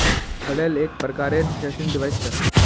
flail एक प्रकारेर threshing device छ